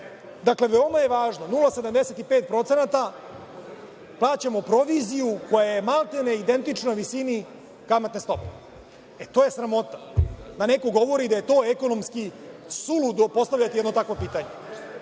itd. Veoma je važno, 0,75% plaćamo proviziju, koja je, maltene identična visini kamatne stope, to je sramota, da neko govori da je to ekonomski suludo postavljati jedno takvo pitanje